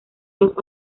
dos